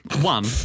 One